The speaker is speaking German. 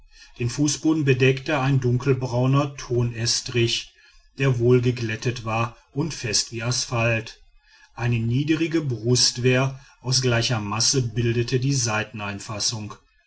den fußboden bedeckte ein dunkelbrauner tonestrich der wohlgeglättet war und fest wie asphalt eine niedrige brustwehr aus gleicher masse bildete die